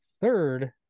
third